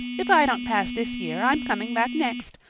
if i don't pass this year i'm coming back next.